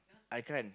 I can